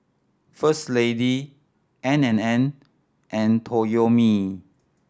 First Lady N and N and Toyomi